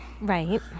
Right